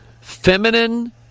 Feminine